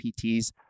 PTs